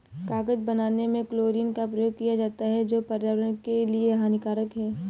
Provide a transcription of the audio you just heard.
कागज बनाने में क्लोरीन का प्रयोग किया जाता है जो पर्यावरण के लिए हानिकारक है